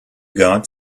got